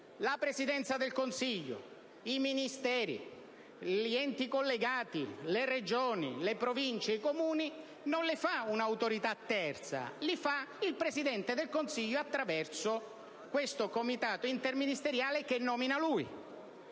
la Presidenza del Consiglio, i Ministeri, gli enti collegati, le Regioni, le Province e i Comuni) non viene realizzata da un'autorità terza ma dal Presidente del Consiglio attraverso questo Comitato interministeriale da lui